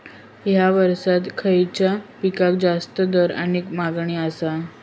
हया वर्सात खइच्या पिकाक जास्त दर किंवा मागणी आसा?